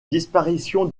disparition